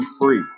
free